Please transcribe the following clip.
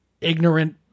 ignorant